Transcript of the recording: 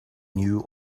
knew